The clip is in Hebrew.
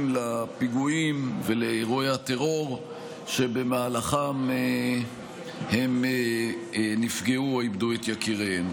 לפיגועים ולאירועי הטרור שבמהלכם הם נפגעו או איבדו את יקיריהם.